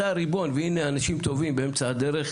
אתה ריבון והינה אנשים טובים באמצע הדרך,